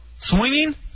Swinging